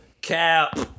cap